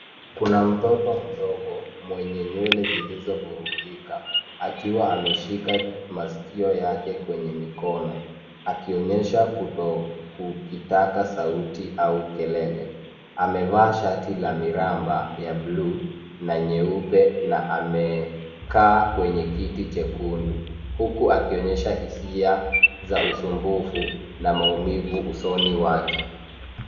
Kuna mtoto mdogo mwenye nywele zilizovurugika akiwa ameshika masikio yake kwenye mikono akionyesha kutokitaka sauti au kelele. Amevaa shati la miraba ya blue na nyeupe na amekaa kwenye kiti chekundu huku akionyesha hisia za usumbufu na maumivu usoni wake.